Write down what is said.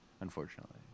unfortunately